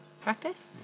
practice